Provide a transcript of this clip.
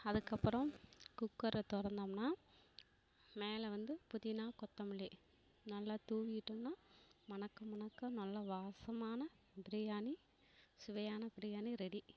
அதுக்கு அப்புறம் குக்கரை திறந்தோம்னா மேல வந்து புதினா கொத்தமல்லி நல்லா தூவி விட்டோன்னா மணக்க மணக்க நல்லா வாசமான பிரியாணி சுவையான பிரியாணி ரெடி